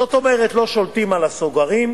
זאת אומרת לא שולטים על הסוגרים,